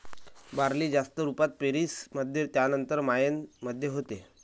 barley जास्त रुपात पेरीस मध्ये त्यानंतर मायेन मध्ये होते